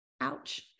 Ouch